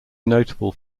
notable